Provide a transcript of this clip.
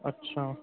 अच्छा